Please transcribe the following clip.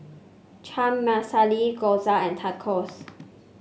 Chana Masala Gyoza and Tacos